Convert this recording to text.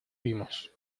dimos